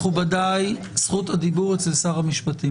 מכובדיי, זכות הדיבור אצל שר המשפטים.